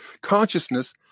consciousness